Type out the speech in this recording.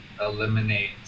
eliminate